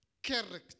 Character